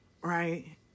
right